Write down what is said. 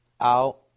out